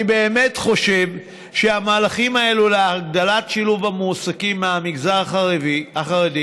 אני באמת חושב שהמהלכים האלה להגדלת שילוב המועסקים מהמגזר החרדי